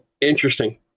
interesting